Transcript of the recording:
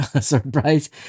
surprise